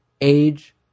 age